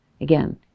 again